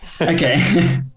Okay